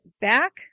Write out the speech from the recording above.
back